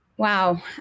Wow